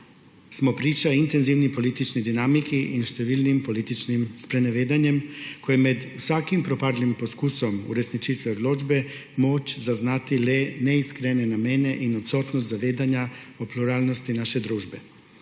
smo priče intenzivni politični dinamiki in številnim političnim sprenevedanjem, ko je med vsakim propadlim poskusom uresničitve odločbe moč zaznati le neiskrene namene in odsotnost zavedanja o pluralnosti naše družbe.